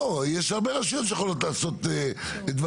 כאן יש הרבה רשויות שיכולות לעשות דברים